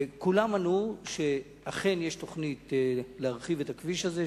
כולם ענו שאכן יש תוכנית להרחיב את הכביש הזה,